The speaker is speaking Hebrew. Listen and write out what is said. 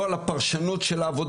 לא על הפרשנות של העבודה,